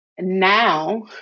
now